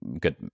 good